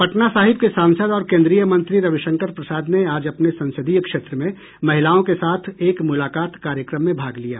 पटना साहिब के सासंद और केंद्रीय मंत्री रविशंकर प्रसाद ने आज अपने ससंदीय क्षेत्र में महिलाओं के साथ एक मुलाकात कार्यक्रम में भाग लिया